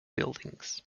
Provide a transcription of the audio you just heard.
buildings